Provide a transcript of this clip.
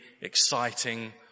exciting